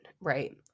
Right